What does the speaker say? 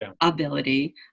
ability